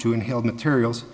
to inhaled materials